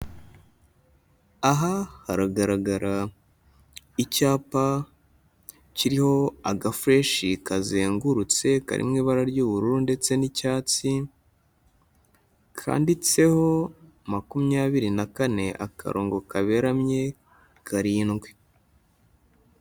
Aha haragaragara icyapa kiriho agafureshi kazengurutse kari mu ibara ry'ubururu ndetse n'icyatsi, kanditseho makumyabiri na kane akarongo kaberamye karindwi.